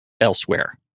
elsewhere